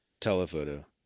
telephoto